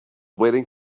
waiting